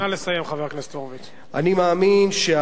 האופציה זה לחיות.